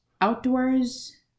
Outdoors